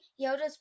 Yoda's